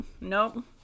nope